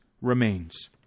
remains